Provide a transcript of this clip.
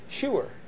sure